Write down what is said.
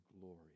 glory